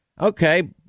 Okay